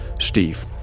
Steve